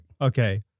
Okay